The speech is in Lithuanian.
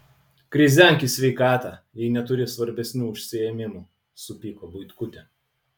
krizenk į sveikatą jei neturi svarbesnių užsiėmimų supyko buitkutė